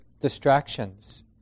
distractions